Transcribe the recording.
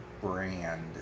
brand